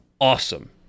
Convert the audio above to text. Awesome